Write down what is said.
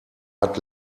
hat